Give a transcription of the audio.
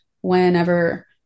whenever